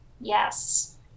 yes